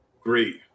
great